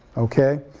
okay,